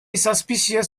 suspicious